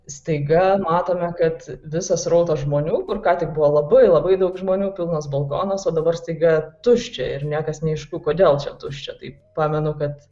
staiga matome kad visas srautas žmonių kur ką tik buvo labai labai daug žmonių pilnas balkonas o dabar staiga tuščia ir niekas neaišku kodėl čia tuščia taip pamenu kad